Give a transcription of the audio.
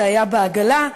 שהיה בעגלה.